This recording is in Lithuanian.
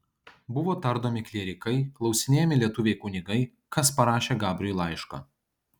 buvo tardomi klierikai klausinėjami lietuviai kunigai kas parašė gabriui laišką